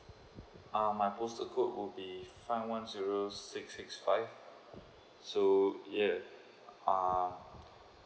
um my postal code will be five one zero six six five so uh yeah uh